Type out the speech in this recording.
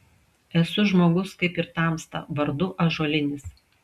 esu žmogus kaip ir tamsta vardu ąžuolinis